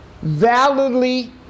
validly